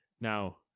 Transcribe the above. Now